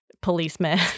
policeman